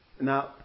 Now